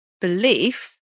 belief